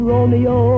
Romeo